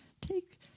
take